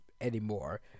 anymore